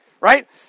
right